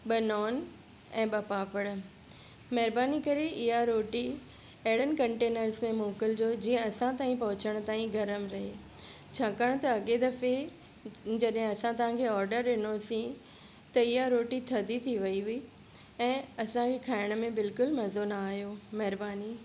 ॿ नॉन ऐं ॿ पापड़ महिरबानी करे इहा रोटी अहिड़नि कंटेनर्स में मोकिलिजो जीअं असां ताईं पहुचण ताईं गरम रहे छाकाणि त अॻे दफ़े जॾहिं असां तव्हां ऑडर ॾिनोसीं त इहा रोटी थधी थी वई हुई ऐं असांजे खाइण में बिल्कुलु मज़ो ना आयो महिरबानी